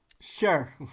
Sure